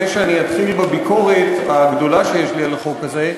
לפני שאני אתחיל בביקורת הגדולה שיש לי על החוק הזה.